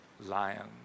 lion